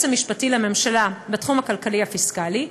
המשפטי לממשלה בתחום הכלכלי-הפיסקלי,